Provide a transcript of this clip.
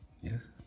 yes